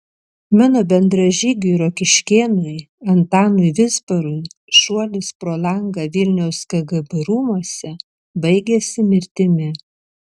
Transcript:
mano bendražygiui rokiškėnui antanui vizbarui šuolis pro langą vilniaus kgb rūmuose baigėsi mirtimi